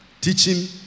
teaching